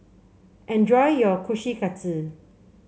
enjoy your Kushikatsu